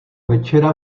večera